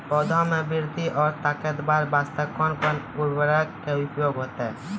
पौधा मे बृद्धि और ताकतवर बास्ते कोन उर्वरक के उपयोग होतै?